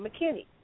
McKinney